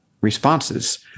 responses